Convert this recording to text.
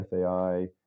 fai